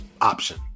option